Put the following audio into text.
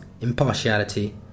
impartiality